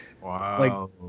Wow